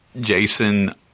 Jason